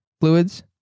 fluids